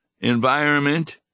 environment